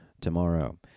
tomorrow